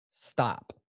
Stop